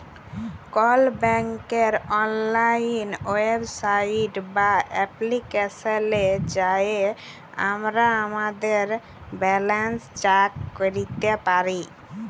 call ব্যাংকের অললাইল website বা এপ্লিকেশলে যাঁয়ে আমরা আমাদের ব্যাল্যাল্স চ্যাক ক্যইরতে পারি